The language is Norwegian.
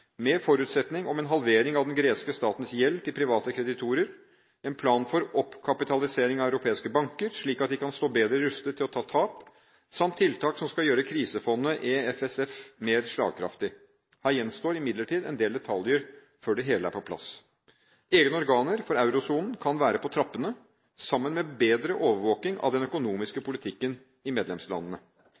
med forutsetning om en halvering av den greske statens gjeld til private kreditorer, en plan for oppkapitalisering av europeiske banker, slik at de skal stå bedre rustet til å ta tap, samt tiltak som skal gjøre krisefondet EFSF mer slagkraftig. Her gjenstår det imidlertid en del detaljer før det hele er på plass. Egne organer for eurosonen kan være på trappene, sammen med bedre overvåking av den økonomiske politikken i medlemslandene.